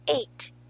eight